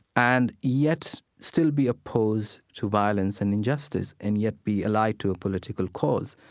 and yet, still be opposed to violence and injustice, and yet, be ally to a political cause.